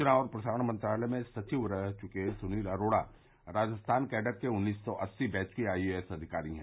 सूचना और प्रसारण मंत्रालय में सचिव रह चुके सुनील अरोड़ा राजस्थान कैडर के उन्नीस सौ अस्सी बैच के आईएएस अधिकारी है